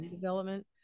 development